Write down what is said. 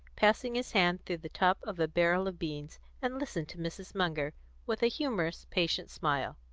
passing his hand through the top of a barrel of beans, and listened to mrs. munger with a humorous, patient smile.